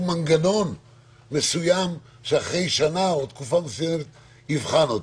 מנגנון מסוים שאחרי שנה או תקופה מסוימת נוכל לבחון אותו,